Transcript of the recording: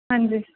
ਹਾਂਜੀ